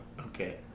Okay